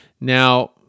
Now